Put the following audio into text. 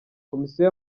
komisiyo